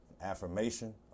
affirmation